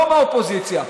לא מהאופוזיציה.